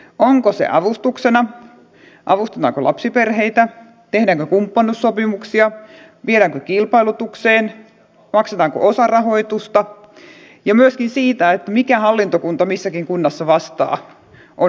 onko se avustuksena avustetaanko lapsiperheitä tehdäänkö kumppanuussopimuksia viedäänkö kilpailutukseen maksetaanko osarahoitusta ja myöskin se mikä hallintokunta missäkin kunnassa vastaa on hyvin kirjavaa